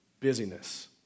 Busyness